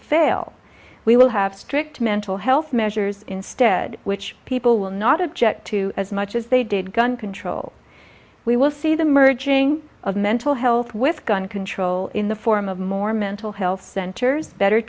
fail we will have strict mental health measures instead which people will not object to as much as they did gun control we will see the merging of mental health with gun control in the form of more mental health centers better